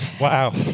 Wow